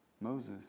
Moses